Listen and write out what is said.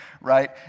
right